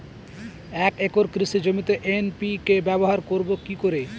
এক একর কৃষি জমিতে এন.পি.কে ব্যবহার করব কি করে?